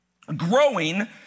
Growing